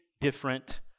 different